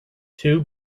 two